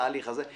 לתהליך הזה.